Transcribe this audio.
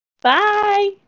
Bye